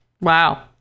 Wow